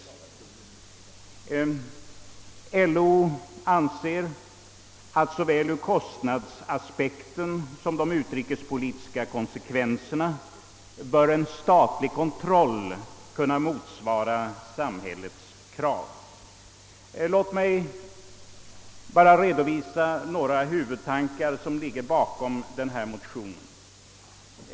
LO anser att såväl i fråga om kostnadsaspekten som de utrikespolitiska konsekvenserna av privata svenska företags tillverkning och försäljning av krigsmateriel bör statlig kontroll över försäljningen kunna motsvara samhällets krav. Låt mig redovisa några av huvudtankarna bakom vår motion.